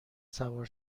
سوار